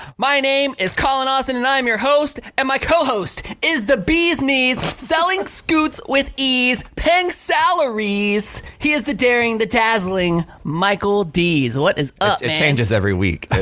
my name is colin austin and i am your host and my co-host is the bee's knees, selling scoots with ease, pink salaries, he is the daring, the dazzling michael dees. what is up, man? it changes every week.